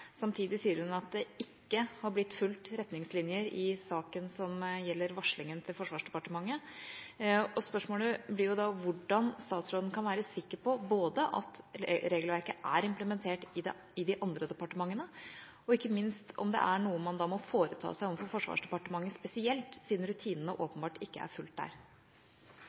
Samtidig sier hun at retningslinjene ikke har blitt fulgt i saken som gjelder varslingen til Forsvarsdepartementet. Spørsmålet blir da om hvordan statsråden kan være sikker på både om regelverket er implementert i de andre departementene, og ikke minst om det er noe man må foreta seg overfor Forsvarsdepartementet spesielt, siden rutinene åpenbart ikke er fulgt der.